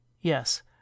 Yes